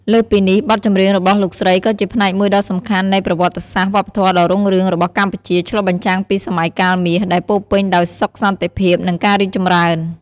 លើសពីនេះ បទចម្រៀងរបស់លោកស្រីក៏ជាផ្នែកមួយដ៏សំខាន់នៃ ប្រវត្តិសាស្ត្រវប្បធម៌ដ៏រុងរឿង របស់កម្ពុជា ឆ្លុះបញ្ចាំងពី "សម័យកាលមាស" ដែលពោរពេញដោយសុខសន្តិភាព និងការរីកចម្រើន។